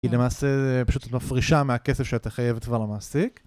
היא למעשה פשוט מפרישה מהכסף שאת חייבת כבר למעסיק